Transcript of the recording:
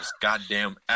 goddamn